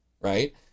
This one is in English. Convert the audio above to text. right